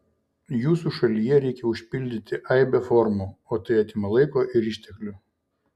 jūsų šalyje reikia užpildyti aibę formų o tai atima laiko ir išteklių